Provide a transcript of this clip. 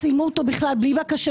צילמו אותו ללא בקשתו.